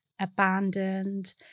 abandoned